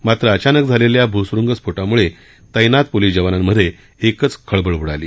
मात्र अचानक झालेल्या भूसुरुंग स्फोटामुळे तैनात पोलिस जवानांमध्ये एकच खळबळ उडाली